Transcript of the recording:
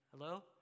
Hello